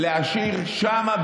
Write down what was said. להשאיר שם,